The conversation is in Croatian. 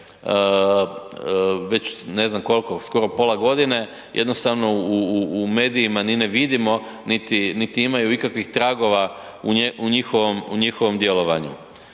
već ne znam koliko, skoro pola godine jednostavno u medijima ni ne vidimo niti imaju ikakvih tragova u njihovom djelovanju.